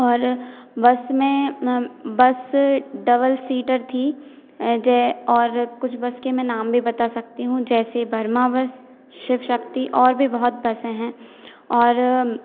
और बहुत में बस डबल सीटर थी जे और कुछ बस के मैं नाम भी बता सकती हूँ जैसे बर्मा बस शिव शक्ति और भी बहुत बसें हैं और